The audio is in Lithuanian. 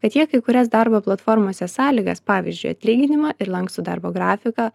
kad jie kai kurias darbo platformose sąlygas pavyzdžiui atlyginimą ir lankstų darbo grafiką